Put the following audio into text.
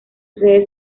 sede